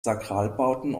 sakralbauten